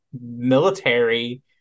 military